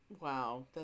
Wow